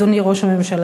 אדוני ראש הממשלה,